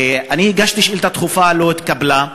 אני הגשתי שאילתה דחופה, לא התקבלה.